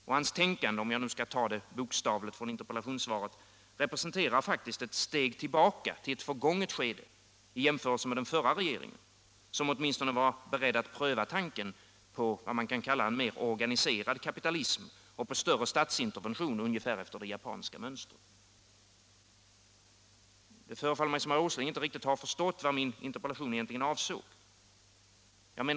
Och hans tänkande - om jag nu skall ta det bokstavligt från interpellationssvaret — representerar faktiskt ett steg tillbaka till ett förgånget skede i jämförelse med den förra regeringen, som åtminstone var beredd att pröva tanken på vad man kan kalla en mer organiserad kapitalism och på större statsintervention ungefär efter det japanska mönstret. Det förefaller mig som om herr Åsling inte riktigt har förstått vad min interpellation egentligen avsåg.